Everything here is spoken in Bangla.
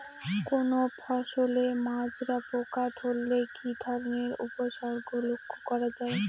কোনো ফসলে মাজরা পোকা ধরলে কি ধরণের উপসর্গ লক্ষ্য করা যায়?